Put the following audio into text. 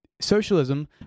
socialism